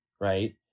Right